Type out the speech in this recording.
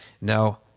Now